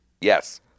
Yes